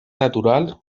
natural